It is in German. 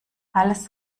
alles